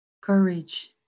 Courage